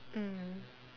mm